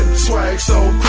swag so